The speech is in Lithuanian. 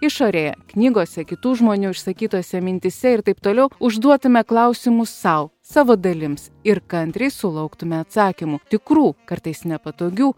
išorėje knygose kitų žmonių išsakytose mintyse ir taip toliau užduodame klausimus sau savo dalims ir kantriai sulauktume atsakymų tikrų kartais nepatogių